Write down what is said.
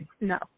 No